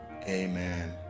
amen